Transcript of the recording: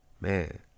man